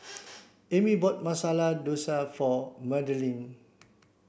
Amie bought Masala Dosa for Madalyn